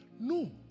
No